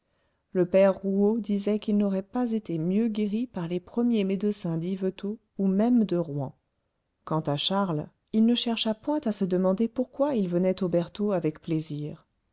le père rouault disait qu'il n'aurait pas été mieux guéri par les premiers médecins d'yvetot ou même de rouen quant à charles il ne chercha point à se demander pourquoi il venait aux bertaux avec plaisir